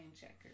checkers